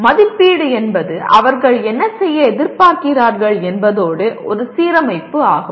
மதிப்பீடு என்பது அவர்கள் என்ன செய்ய எதிர்பார்க்கிறார்கள் என்பதோடு ஒரு சீரமைப்பு ஆகும்